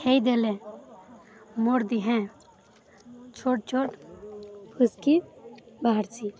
ହେଇଦେଲେ ମୋର୍ ଦିହେଁ ଛୋଟ୍ ଛୋଟ୍ ହୁଇଷ୍କି ବାହାରସିି